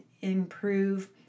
improve